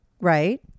Right